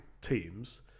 teams